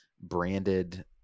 branded